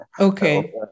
Okay